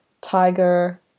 tiger